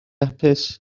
hapus